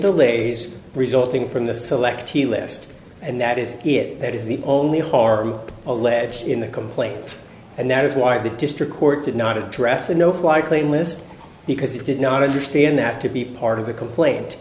delays resulting from the selectee list and that is it that is the only harm alleged in the complaint and that is why the district court did not address the no fly claim list because it did not understand that to be part of the complaint